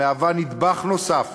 המהווה נדבך נוסף